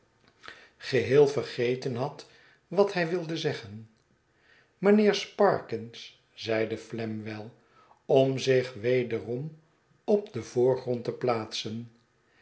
geheel vergeten had wat hij wilde zeggen mijnheer sparkins i zeide flamwell om zich wederom op den voorgrond te plaatsen